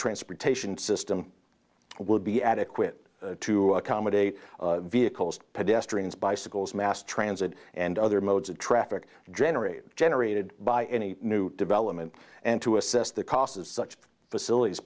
transportation system would be adequate to accommodate vehicles pedestrians bicycles mass transit and other modes of traffic generated generated by any new development and to assess the cost of such facilities